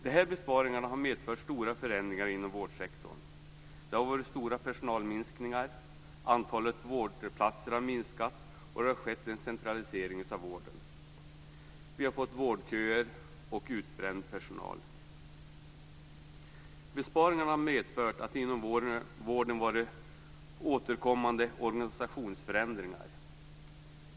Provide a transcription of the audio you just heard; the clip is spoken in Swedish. De här besparingarna har medfört stora förändringar inom vårdsektorn. Det har varit stora personalminskningar, antalet vårdplatser har minskat och det har skett en centralisering av vården. Vi har fått vårdköer och utbränd personal. Besparingarna har medfört återkommande organisationsförändringar inom vården.